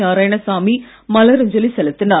நாராயணசாமி மலரஞ்சலி செலுத்தினார்